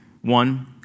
One